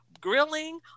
grilling